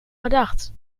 gedacht